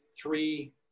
three